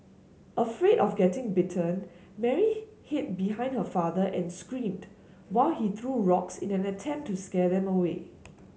afraid of getting bitten Mary hid behind her father and screamed while he threw rocks in an attempt to scare them away